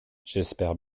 j’espère